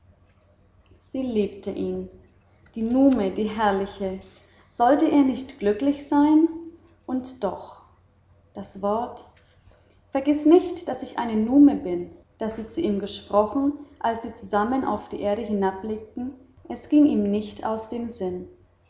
sie liebte ihn die nume die herrliche sollte er nicht glücklich sein und doch das wort vergiß nicht daß ich eine nume bin das sie zu ihm gesprochen als sie zusammen auf die erde hinabblickten es ging ihm nicht aus dem sinn